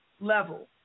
level